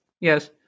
yes